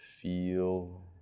Feel